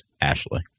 Ashley